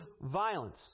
violence